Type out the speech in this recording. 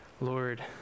Lord